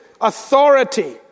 authority